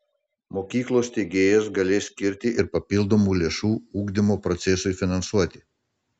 mokyklos steigėjas galės skirti ir papildomų lėšų ugdymo procesui finansuoti